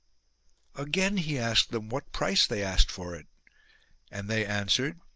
again he asked them what price they asked for it and they answered,